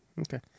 Okay